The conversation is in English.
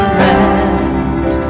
rest